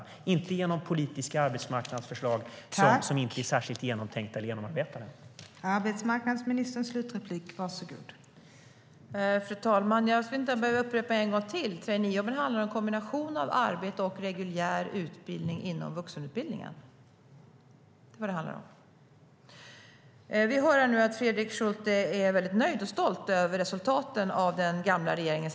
I stället har man politiska arbetsmarknadsförslag som inte är särskilt genomtänkta eller genomarbetade.